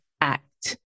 act